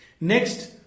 Next